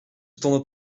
stonden